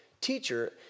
teacher